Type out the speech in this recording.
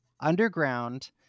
underground